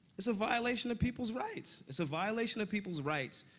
it's a violation of people's rights. it's a violation of people's rights,